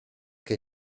che